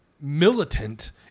militant